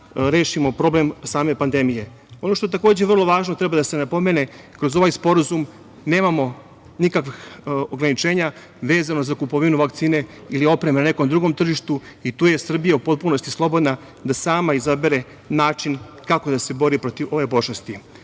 rešimo problem same pandemije. Ono što je, takođe, vrlo važno, treba da se napomene, kroz ovaj sporazum nemamo nikakvih ograničenja vezano za kupovinu vakcine ili opreme na nekom drugom tržištu i tu je Srbija u potpunosti slobodna da sama izabere način kako da se bori protiv ove pošasti.